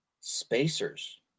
spacers